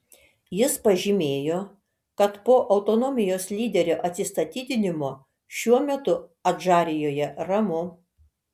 jis pažymėjo kad po autonomijos lyderio atsistatydinimo šiuo metu adžarijoje ramu